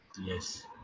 Yes